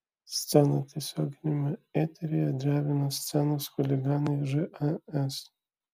sceną tiesioginiame eteryje drebino scenos chuliganai žas